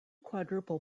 quadruple